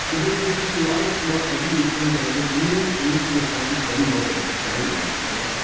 so there's there's just a lot of small everyday things that i think any any sort of healthy grandmother could tell you. you know?